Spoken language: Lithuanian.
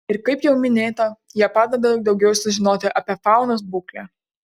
ir kaip jau minėta jie padeda daugiau sužinoti apie faunos būklę